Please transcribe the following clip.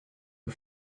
aux